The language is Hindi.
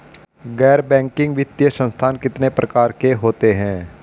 गैर बैंकिंग वित्तीय संस्थान कितने प्रकार के होते हैं?